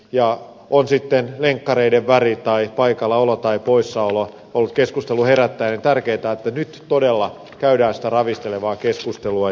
on sitten lenkkareiden väri tai paikallaolo tai poissaolo ollut keskustelua herättävää niin tärkeätä on että nyt todella käydään sitä ravistelevaa keskustelua